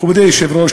מכובדי היושב-ראש,